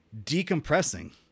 decompressing